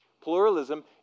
Pluralism